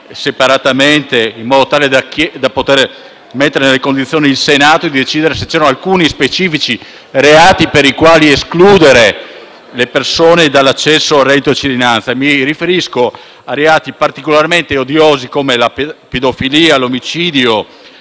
reati, in modo da poter mettere il Senato nelle condizioni di decidere se c'erano alcuni specifici reati per cui escludere le persone dall'accesso al reddito di cittadinanza. Mi riferisco a reati particolarmente odiosi come la pedofilia, l'omicidio,